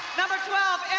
number twelve,